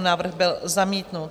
Návrh byl zamítnut.